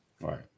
right